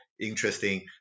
interesting